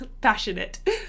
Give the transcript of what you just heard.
passionate